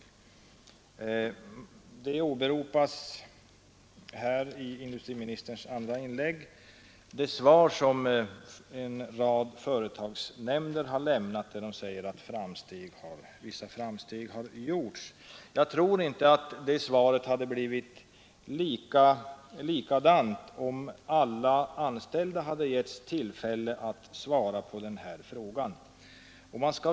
I sitt senaste inlägg åberopar industriministern de svar som en rad företagsnämnder har lämnat och där de säger att vissa framsteg har gjorts. Jag tror inte att svaren hade blivit desamma om alla anställda hade getts tillfälle att besvara frågorna.